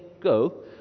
go